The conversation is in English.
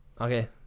Okay